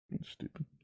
Stupid